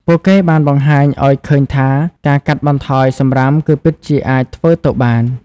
ពួកគេបានបង្ហាញឱ្យឃើញថាការកាត់បន្ថយសំរាមគឺពិតជាអាចធ្វើទៅបាន។